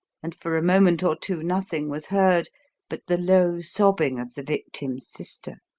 and for a moment or two nothing was heard but the low sobbing of the victim's sister.